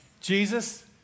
Jesus